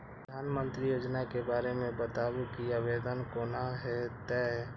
प्रधानमंत्री योजना के बारे मे बताबु की आवेदन कोना हेतै?